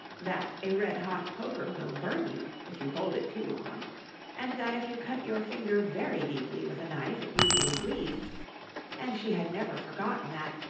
that a red-hot poker will burn you if you hold it too long and that if you cut your finger very deeply with a knife, it usually bleeds and she had never forgotten that,